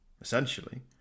essentially